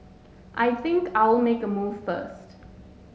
I think I'll make a move first